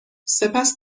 سپس